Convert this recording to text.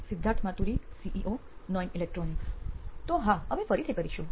Siddharth Maturi CEO નોઇન electronics તો હા અમે ફરીથી કરીશું